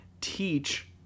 teach